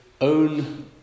own